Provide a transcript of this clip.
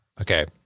Okay